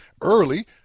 early –